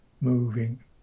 moving